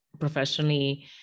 Professionally